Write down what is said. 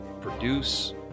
produce